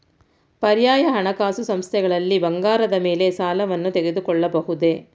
ಪರ್ಯಾಯ ಹಣಕಾಸು ಸಂಸ್ಥೆಗಳಲ್ಲಿ ಬಂಗಾರದ ಮೇಲೆ ಸಾಲವನ್ನು ತೆಗೆದುಕೊಳ್ಳಬಹುದೇ?